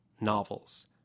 novels